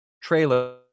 trailer